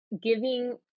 giving